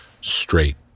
straight